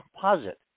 composite